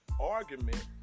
argument